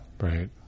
Right